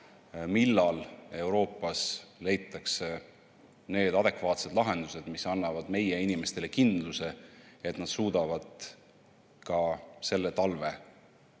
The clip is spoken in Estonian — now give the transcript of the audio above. millal Euroopas leitakse need adekvaatsed lahendused, mis annavad meie inimestele kindluse, et nad suudavad ka selle talve